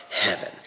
heaven